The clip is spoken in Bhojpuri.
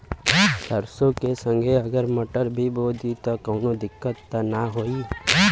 सरसो के संगे अगर मटर भी बो दी त कवनो दिक्कत त ना होय?